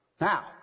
Now